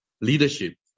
leadership